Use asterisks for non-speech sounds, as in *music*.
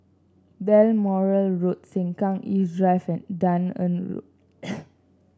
Balmoral Road Sengkang East Drive and Dunearn Road *noise*